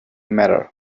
matter